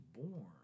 born